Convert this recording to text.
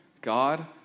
God